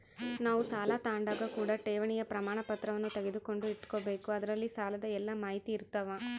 ನಾವು ಸಾಲ ತಾಂಡಾಗ ಕೂಡ ಠೇವಣಿಯ ಪ್ರಮಾಣಪತ್ರವನ್ನ ತೆಗೆದುಕೊಂಡು ಇಟ್ಟುಕೊಬೆಕು ಅದರಲ್ಲಿ ಸಾಲದ ಎಲ್ಲ ಮಾಹಿತಿಯಿರ್ತವ